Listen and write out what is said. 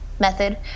method